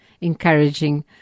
encouraging